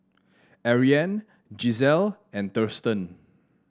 Ariane Gisselle and Thurston